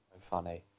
funny